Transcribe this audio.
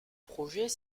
projet